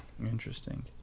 Interesting